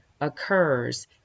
occurs